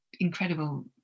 incredible